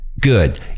Good